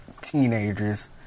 teenagers